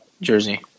jersey